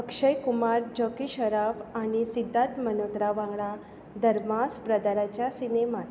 अक्षय कुमार जॅकी श्रॉफ आनी सिद्धार्थ मल्होत्रा वांगडा धर्मास ब्रदर्साच्या सिनेमांत